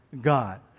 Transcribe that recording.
God